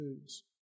foods